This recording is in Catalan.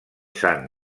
sant